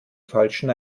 falschen